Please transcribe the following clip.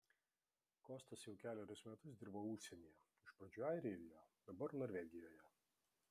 kostas jau kelerius metus dirba užsienyje iš pradžių airijoje dabar norvegijoje